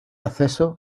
acceso